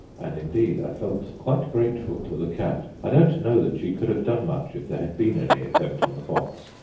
and indeed i felt quite grateful to the cat. i don't know that she could have done much if there had been any attempt on the box,